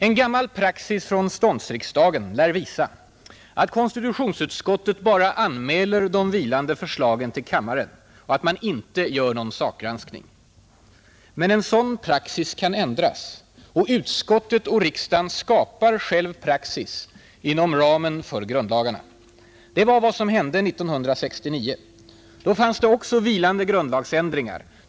En gammal praxis från ståndsriksdagen lär visa att konstitutionsutskottet bara anmäler de vilande förslagen till riksdagen och att man inte gör någon sakgranskning. Men en sådan praxis kan ändras. Utskottet och riksdagen skapar själva praxis inom ramen för grundlagarna. Det var vad som hände 1969. Då fanns det också vilande grundlagsändringar.